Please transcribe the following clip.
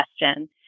question